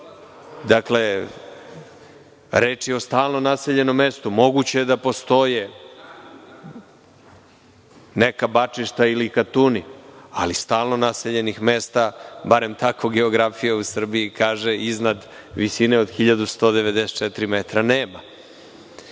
reč je o stalno naseljenom mestu. Moguće je da postoje neka bačišta ili katuni, ali stalno naseljenih mesta, barem tako geografija u Srbiji kaže, iznad visine od 1.194 m nema.